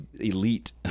elite